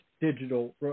digital